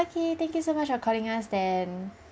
~kay thank you so much for calling us then